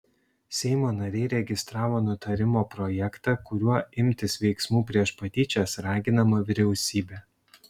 seimo nariai registravo nutarimo projektą kuriuo imtis veiksmų prieš patyčias raginama vyriausybė